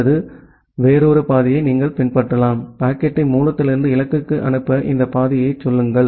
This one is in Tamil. அல்லது வேறொரு பாதையை நீங்கள் பின்பற்றலாம் பாக்கெட்டை மூலத்திலிருந்து இலக்குக்கு அனுப்ப இந்த பாதையை சொல்லுங்கள்